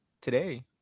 today